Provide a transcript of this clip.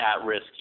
at-risk